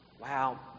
wow